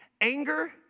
Anger